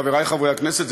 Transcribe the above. חברי חברי הכנסת,